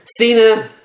Cena